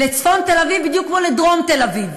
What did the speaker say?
לצפון תל-אביב בדיוק כמו לדרום תל-אביב,